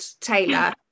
Taylor